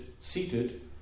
seated